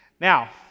Now